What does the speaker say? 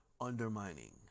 undermining